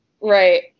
Right